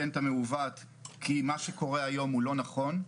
המעוות כי מה שקורה היום הוא לא נכון,